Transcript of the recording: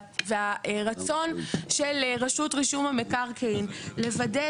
והרצון של רשות רישום המקרקעין לוודא